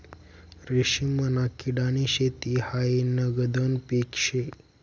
रेशीमना किडानी शेती हायी नगदनं पीक शे